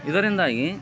ಇದರಿಂದಾಗಿ